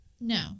No